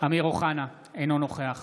אמיר אוחנה, אינו נוכח